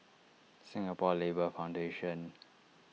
Singapore Labour Foundation